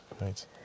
Right